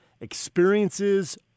experiences